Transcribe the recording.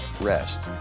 rest